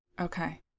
Okay